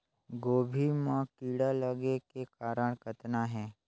गोभी म कीड़ा लगे के कारण कतना हे?